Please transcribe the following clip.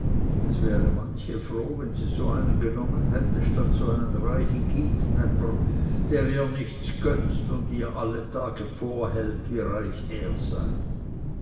es wäre manche froh wenn sie so einen genommen hätte statt so einen reichen gytgnäpper der ihr nichts gönnt und ihr alle tag vorhält wie reich er sei